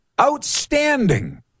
Outstanding